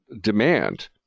demand